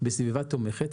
בסביבה תומכת.